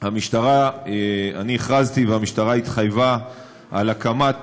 אני הכרזתי והמשטרה התחייבה על הקמת